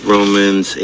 Romans